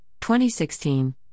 2016